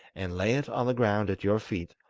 and lay it on the ground at your feet,